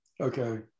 Okay